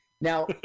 Now